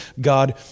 God